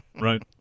Right